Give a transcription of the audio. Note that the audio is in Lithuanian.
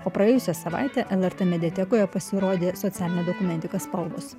o praėjusią savaitę lrt mediatekoje pasirodė socialinė dokumentika spalvos